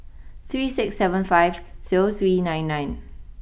three six seven five zero three nine nine